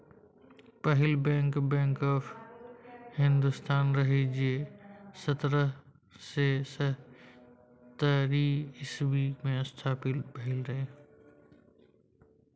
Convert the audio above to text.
पहिल bank, bank of Hindustan रहय जे सतरह सय सत्तरि इस्बी मे स्थापित भेल रहय